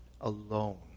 alone